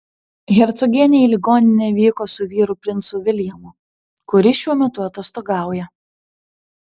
hercogienė į ligoninę vyko su vyru princu viljamu kuris šiuo metu atostogauja